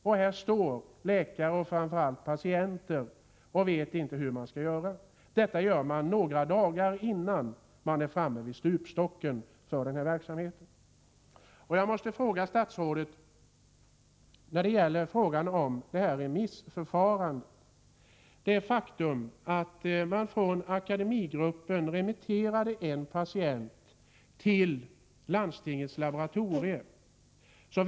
Då står läkarna och framför allt patienterna där och vet inte hur de skall göra. Så här går det till några dagar innan man är framme vid stupstocken för denna verksamhet. Jag måste ställa ett par frågor till statsrådet när det gäller remissförfarandet. Från Akademigruppen remitterades en patient till landstingets laboratorium.